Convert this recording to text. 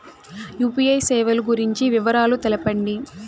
UPI సేవలు గురించి వివరాలు తెలుపండి?